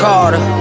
Carter